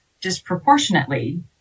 disproportionately